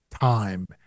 time